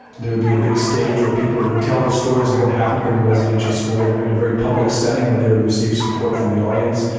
there would be a big stage where people would tell the stories of what happened to them in residential school in a very public setting where they would receive support from the audience.